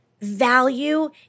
value